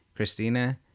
Christina